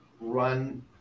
run